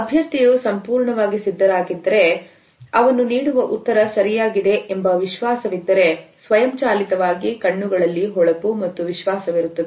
ಅಭ್ಯರ್ಥಿಯು ಸಂಪೂರ್ಣವಾಗಿ ಸಿದ್ಧರಾಗಿದ್ದರೆ ಅವನು ನೀಡುವ ಉತ್ತರ ಸರಿಯಾಗಿದೆ ಎಂಬ ವಿಶ್ವಾಸವಿದ್ದರೆ ಸ್ವಯಂ ಚಾಲಿತವಾಗಿ ಕಣ್ಣುಗಳಲ್ಲಿ ಹೊಳಪು ಮತ್ತು ವಿಶ್ವಾಸವಿರುತ್ತದೆ